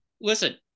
Listen